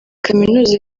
kaminuza